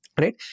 right